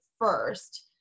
first